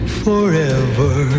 forever